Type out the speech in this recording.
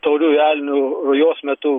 tauriųjų elnių rujos metu